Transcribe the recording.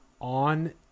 on